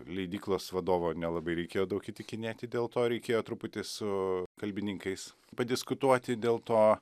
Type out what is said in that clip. leidyklos vadovo nelabai reikėjo daug įtikinėti dėl to reikėjo truputį su kalbininkais padiskutuoti dėl to